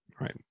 Right